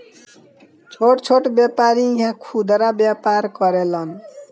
छोट छोट व्यापारी इहा खुदरा व्यापार करेलन